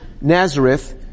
Nazareth